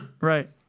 right